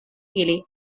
ili